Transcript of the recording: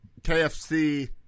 KFC